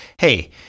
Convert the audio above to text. Hey